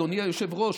אדוני היושב-ראש,